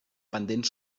pendents